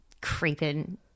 creeping